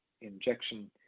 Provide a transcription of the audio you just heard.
injection